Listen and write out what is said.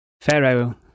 Pharaoh